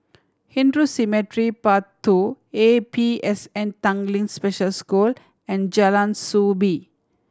Hindu Cemetery Path Two A P S N Tanglin Special School and Jalan Soo Bee